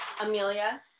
Amelia